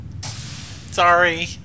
sorry